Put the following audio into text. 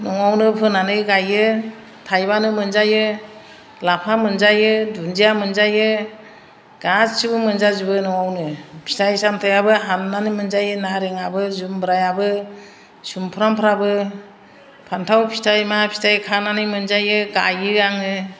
न'आवनो फोनानै गायो थायबानो मोनजायो लाफा मोनजायो दुन्दिया मोनजायो गासैबो मोनजाजोबो न'आवनो फिथाइ सामथायआबो हाननानै मोनजायो नारेंआबो जुमब्रायाबो सुमफ्रामफ्राबो फानथाव फिथाइ मा फिथाइ खानानै मोनजायो गायो आङो